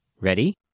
Ready